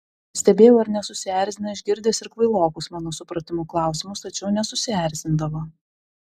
stebėjau ar nesusierzina išgirdęs ir kvailokus mano supratimu klausimus tačiau nesusierzindavo